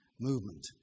movement